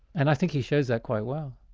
and i think he shows that quite well.